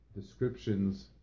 descriptions